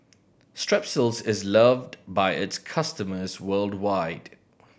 Strepsils is loved by its customers worldwide